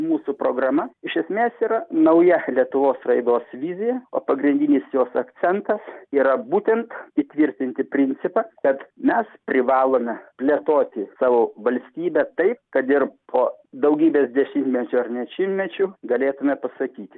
mūsų programa iš esmės yra nauja lietuvos raidos vizija o pagrindinis jos akcentas yra būtent įtvirtinti principą kad mes privalome plėtoti savo valstybę taip kad ir po daugybės dešimtmečių ar net šimtmečių galėtumėme pasakyti